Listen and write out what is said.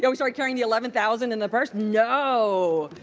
yeah, we started carrying the eleven thousand in the purse? no.